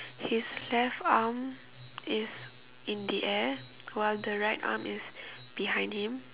his left arm is in the air while the right arm is behind him